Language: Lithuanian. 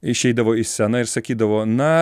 išeidavo į sceną ir sakydavo na